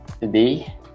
today